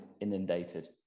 inundated